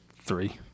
three